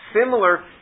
similar